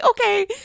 Okay